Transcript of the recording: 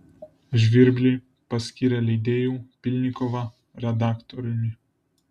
žvirblį paskyrė leidėju pylnikovą redaktoriumi